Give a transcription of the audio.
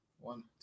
one